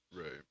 Right